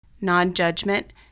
non-judgment